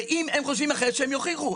ואם הם חושבים אחרת, שהם יוכיחו.